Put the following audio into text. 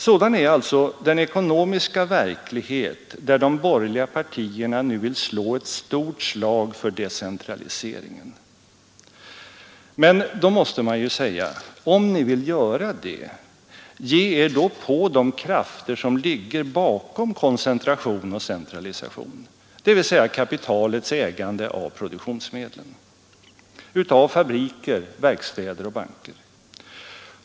Sådan är den ekonomiska verklighet där de borgerliga partierna nu vill slå ett stort slag för decentraliseringen. Men om ni vill göra det, ge er då på de krafter som ligger bakom koncentration och centralisation, dvs. kapitalets ägande av produktionsmedlen, av fabriker, verkstäder och banker.